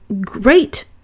great